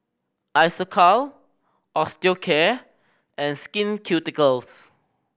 Isocal Osteocare and Skin Ceuticals